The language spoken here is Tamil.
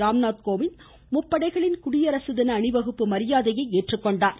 ராம்நாத் கோவிந்த் முப்படைகளின் குடியரசு தின அணிவகுப்பு மரியாதையை ஏற்றுக்கொண்டார்